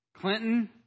Clinton